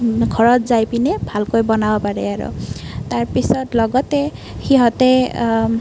ঘৰত যায় পিনে ভালকৈ বনাব পাৰে আৰু তাৰ পিছত লগতে সিহঁতে